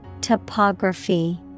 Topography